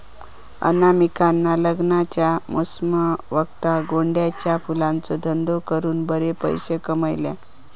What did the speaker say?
अनामिकान लग्नाच्या मोसमावक्ता गोंड्याच्या फुलांचो धंदो करून बरे पैशे कमयल्यान